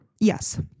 Yes